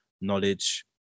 knowledge